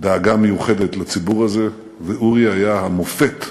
דאגה מיוחדת לציבור הזה, ואורי היה המופת,